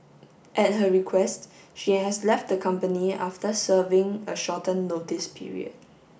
at her request she has left the company after serving a shortened notice period